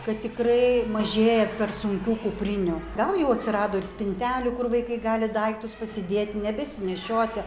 kad tikrai mažėja per sunkių kuprinių gal jau atsirado ir spintelių kur vaikai gali daiktus pasidėti nebesinešioti